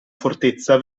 fortezza